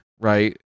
right